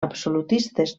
absolutistes